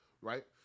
Right